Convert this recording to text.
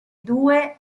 due